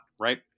right